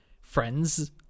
friends